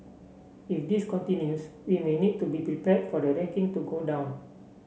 if this continues we may need to be prepared for the ranking to go down